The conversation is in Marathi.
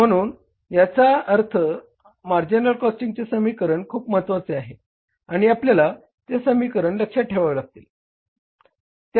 म्हणून याचा अर्थ मार्जिनल कॉस्टिंगचे समीकरण खूप महत्वाचे आहे आणि आपल्याला ते समीकरण लक्षात ठेवावे लागेल